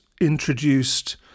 introduced